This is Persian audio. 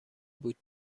بود